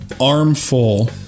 armful